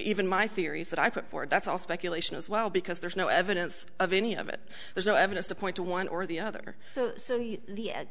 even my theories that i put forward that's all speculation as well because there's no evidence of any of it there's no evidence to point to one or the other the